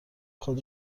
خود